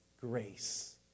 grace